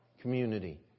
Community